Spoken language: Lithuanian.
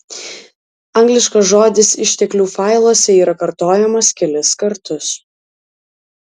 angliškas žodis išteklių failuose yra kartojamas kelis kartus